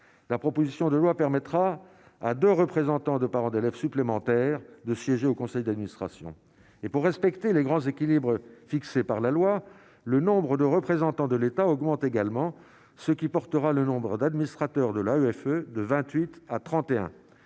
la proposition de loi permettra à 2 représentants de parents d'élèves supplémentaires de siéger au conseil d'administration et pour respecter les grands équilibres fixés par la loi, le nombre de représentants de l'État augmente également, ce qui portera le nombre d'administrateurs de la EFE de 28 à 31